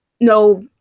No